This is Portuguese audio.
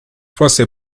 você